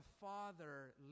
Father